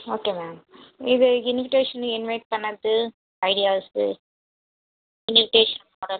okay ma'am இது invitation invite பண்ணுறது ideas invitation